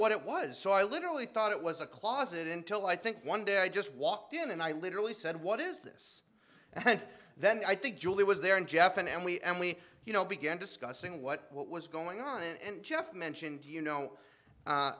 what it was so i literally thought it was a closet until i think one day i just walked in and i literally said what is this and then i think julie was there and jeff and and we and we you know began discussing what what was going on and jeff mentioned you know